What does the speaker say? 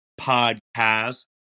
podcast